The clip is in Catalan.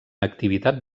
activitat